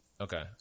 okay